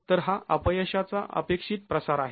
तर हा अपयशाचा अपेक्षित प्रसार आहे